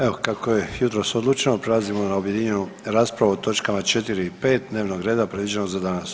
Evo kako je jutros odlučeno prelazimo na objedinjenu raspravu o točkama 4. i 5. dnevnog reda predviđenog za danas.